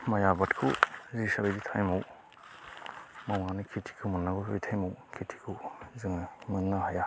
माइ आबादखौ जेसेबायदि टाइमाव मावनानै खेथिखो मोनगौ बे टाइमाव खेथिखौ जोङो मोननो हाया